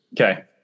Okay